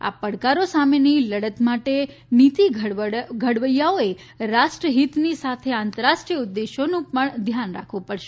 આ પડકારો સામેની લડત માટે નિતિ ઘડવૈયાઓએ રાષ્ટ્રહિતની સાથે આંતરરાષ્ટ્રીય ઉદેશ્યોનું પણ ધ્યાન રાખવું પડશે